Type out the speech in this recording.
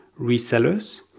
resellers